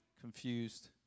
confused